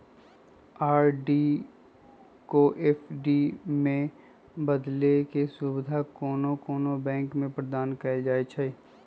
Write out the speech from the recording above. RD को FD में बदलेके सुविधा कोनो कोनो बैंके द्वारा प्रदान कएल जाइ छइ